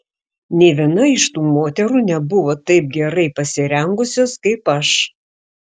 nė viena iš tų moterų nebuvo taip gerai pasirengusios kaip aš